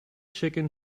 chicken